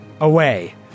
away